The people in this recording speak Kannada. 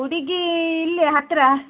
ಹುಡಿಗೀ ಇಲ್ಲೇ ಹತ್ತಿರ